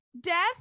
death